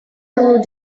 will